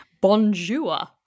Bonjour